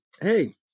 hey